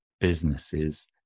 businesses